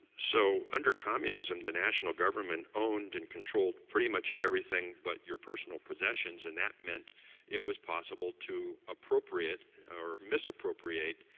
so under communism, the national government owned and controlled pretty much everything but your personal possessions and that meant it was possible to appropriate or misappropriate